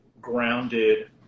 grounded